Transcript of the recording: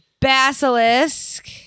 Basilisk